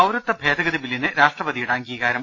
പൌരത്യ ഭേദഗതി ബില്ലിന് രാഷ്ട്രപതിയുടെ അംഗീകാരം